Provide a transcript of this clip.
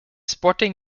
sporting